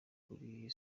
kuri